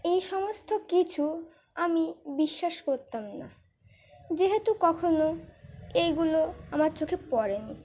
এই সমস্ত কিছু আমি বিশ্বাস করতাম না যেহেতু কখনও এইগুলো আমার চোখে পড়েনি